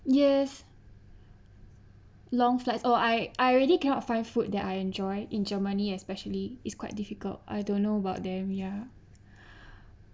yes long flights or I I already cannot find food that I enjoy in germany especially it's quite difficult I don't know about there ya